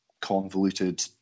convoluted